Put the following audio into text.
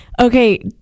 Okay